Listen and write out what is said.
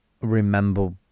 remember